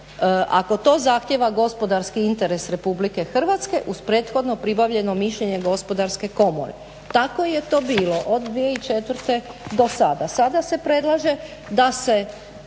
ako to zahtijeva gospodarski interes Republike Hrvatske uz prethodno pribavljeno mišljenje Gospodarske komore. Tako je to bilo od 2004. do sada. Sada se predlaže da se